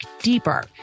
deeper